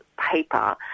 paper